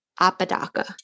apodaca